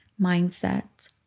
mindset